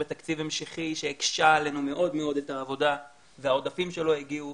בתקציב המשכי שהקשה עלינו מאוד מאוד את העבודה והעודפים שלו הגיעו,